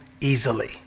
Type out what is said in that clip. easily